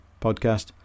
podcast